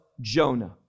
jonah